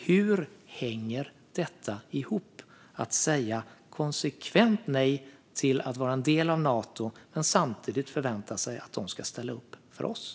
Hur hänger det ihop att konsekvent säga nej till att vara en del av Nato och samtidigt förvänta sig att de ska ställa upp för Sverige?